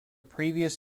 previous